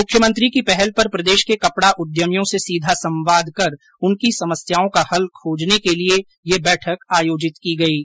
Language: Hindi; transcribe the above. मुख्यमंत्री की पहल पर प्रदेश के कपड़ा उद्यमियों से सीधा संवाद कर उनकी समस्याओं का हल खोजने के लिए यह बैठक आयोजित की गई है